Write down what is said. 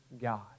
God